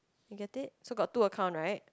you get it so got two account right